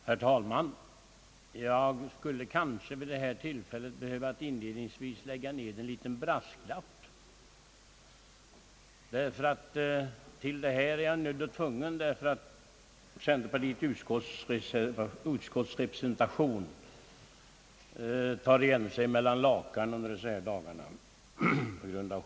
Herr talman! Jag skulle kanske vid det här tillfället inledningsvis behöva lägga ned en liten brasklapp därför att centerpartiets utskottsrepresentation på grund av sjukdom tvingats stanna i sängen.